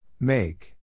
Make